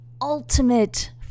ultimate